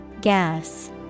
gas